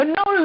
no